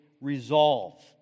resolve